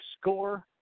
score